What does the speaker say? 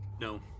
no